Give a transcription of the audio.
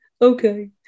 Okay